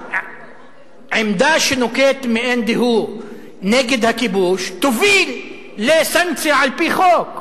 עמדה שנוקט מאן דהוא נגד הכיבוש תוביל לסנקציה על-פי חוק.